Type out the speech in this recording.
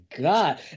god